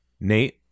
Nate